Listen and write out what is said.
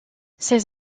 ces